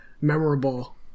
memorable